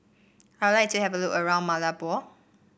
I would like to have a look around Malabo